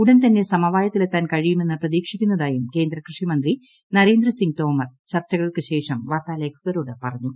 ഉടൻ തന്നെ സമവായത്തിലെത്താൻ കഴിയുമെന്ന് പ്രതീക്ഷിക്കുന്നതായും കേന്ദ്രകൃഷിമന്ത്രി നരേന്ദ്രസിംഗ് തോമർ ചർച്ചകൾക്കു ശേഷം വാർത്താ ലേഖകരോട് പറഞ്ഞു